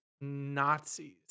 Nazis